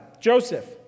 Joseph